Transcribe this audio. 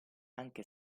anche